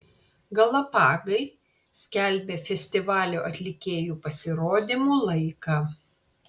galapagai skelbia festivalio atlikėjų pasirodymų laiką